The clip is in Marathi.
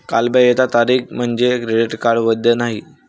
कालबाह्यता तारीख म्हणजे क्रेडिट कार्ड वैध नाही